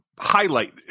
highlight